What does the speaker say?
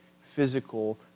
physical